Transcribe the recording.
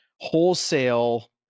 wholesale